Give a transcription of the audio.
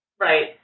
Right